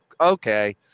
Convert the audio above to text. Okay